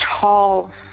tall